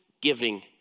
giving